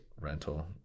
rental